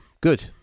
good